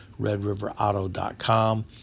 redriverauto.com